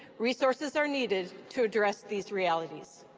resources are needed to address these realities.